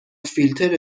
فیلتر